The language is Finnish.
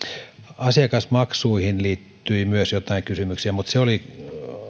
asiakasmaksuihin liittyi myös joitain kysymyksiä mutta se oli